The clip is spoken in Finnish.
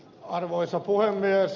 arvoisa puhemies